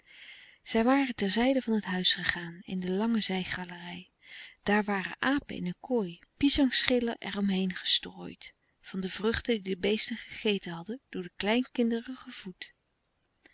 zij waren terzijde van het huis gegaan in de lange zijgalerij daar waren apen in een kooi pisangschillen er om heen gestrooid van de vruchten die de beesten gegeten hadden door de kleinkinderen gevoed